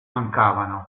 mancavano